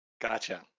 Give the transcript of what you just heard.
Gotcha